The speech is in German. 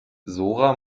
zora